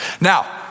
Now